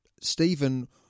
Stephen